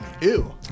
Ew